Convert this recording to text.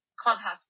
clubhouse